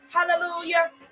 Hallelujah